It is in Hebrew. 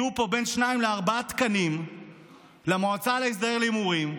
יהיו פה בין שניים לארבעה תקנים למועצה להסדר הימורים.